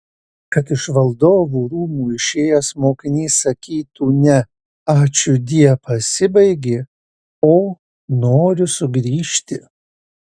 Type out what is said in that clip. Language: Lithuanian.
kad iš valdovų rūmų išėjęs mokinys sakytų ne ačiūdie pasibaigė o noriu sugrįžti